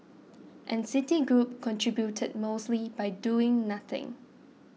and Citigroup contributed mostly by doing nothing